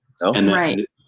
right